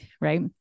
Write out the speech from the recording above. right